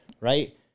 Right